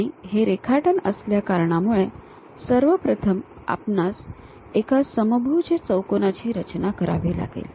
आणि हे रेखाटन असल्याकारणामुळे सर्वप्रथम आपणास एका समभुज चौकोनाची रचना करावी लागेल